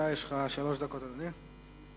יש לך שלוש דקות, אדוני.